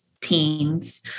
teens